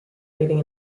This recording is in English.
aiding